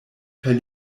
kaj